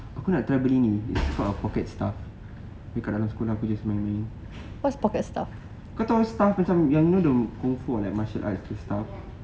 aku nak try beli ni its called a pocket stuff dekat dalam sekolah aku biasa main main kau tahu stuff macam yang know the form four like martial arts stuff